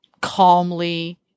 calmly